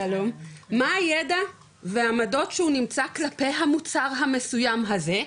מה הידע והעמדות שהוא נמצא כלפי המוצר המסוים הזה,